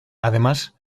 además